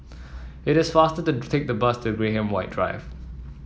it is faster to take the bus to Graham White Drive